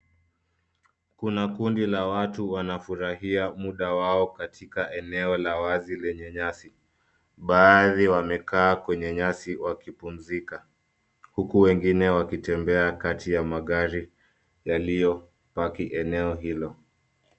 Kuna kundi la watu wanafurahia muda wao katika eneo la wazi lenye nyasi. Baadhi wamekaa kwenye nyasi wakipumzika, huku wengine wakitembea kati ya magari yaliyopaki eneo hilo.